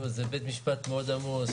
זה בית משפט מאוד עמוס,